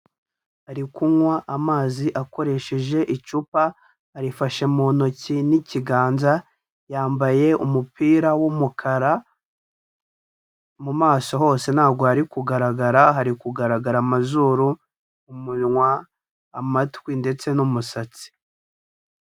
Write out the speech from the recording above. Ari kunywa amazi akoresheje icupa arifashe mu ntoki n'ikiganza, yambaye umupira w'umukara, mu maso hose ntago hari kugaragara, hari kugaragara amazuru, umunwa, amatwi ndetse n'umusatsi.